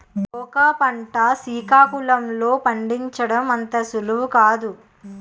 cocoa పంట సికాకుళం లో పండించడం అంత సులువు కాదు